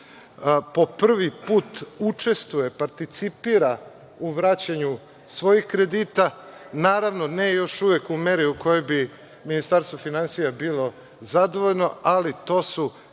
Po prvi put učestvuje, participira, u vraćanju svojih kredita, naravno ne još uvek u meri u kojoj bi Ministarstvo finansija bilo zadovoljno, ali to su